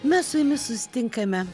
mes su jumis susitinkame